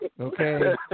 Okay